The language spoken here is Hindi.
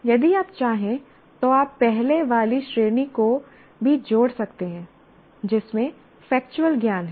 यदि आप चाहें तो आप पहले वाली श्रेणी को भी जोड़ सकते हैं जिसमें फेक्चुअल ज्ञान है